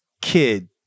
kid